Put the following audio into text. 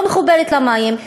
לא מחוברת למים,